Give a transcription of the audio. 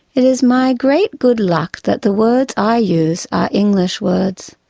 it is my great good luck that the words i use are english words,